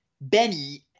Benny